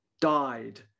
died